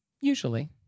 usually